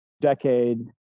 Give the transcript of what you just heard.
decade